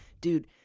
Dude